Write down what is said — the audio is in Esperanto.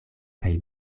kaj